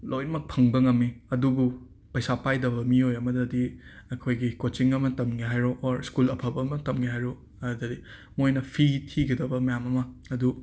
ꯂꯣꯏꯟꯃꯛ ꯐꯪꯕ ꯉꯃꯤ ꯑꯗꯨꯕꯨ ꯄꯩꯁꯥ ꯄꯥꯏꯗꯕ ꯃꯤꯑꯣꯏ ꯑꯃꯗꯗꯤ ꯑꯩꯈꯣꯏꯒꯤ ꯀꯣꯆꯤꯡ ꯑꯃ ꯇꯝꯒꯦ ꯍꯥꯏꯔꯣ ꯑꯣꯔ ꯁ꯭ꯀꯨꯜ ꯑꯐꯕ ꯃ ꯇꯝꯒꯦ ꯍꯥꯏꯔꯣ ꯃꯣꯏꯅ ꯐꯤ ꯊꯤꯒꯗꯕ ꯃ꯭ꯌꯥꯝ ꯑꯃ ꯑꯗꯨ